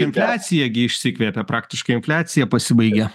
infliacija gi išsikvėpė praktiškai infliacija pasibaigė